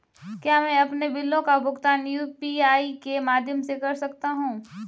क्या मैं अपने बिलों का भुगतान यू.पी.आई के माध्यम से कर सकता हूँ?